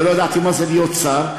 ולא ידעתי מה זה להיות שר,